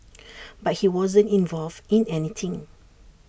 but he wasn't involved in anything